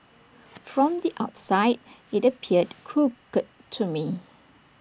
from the outside IT appeared crooked to me